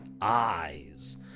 eyes